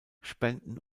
spenden